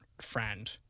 friend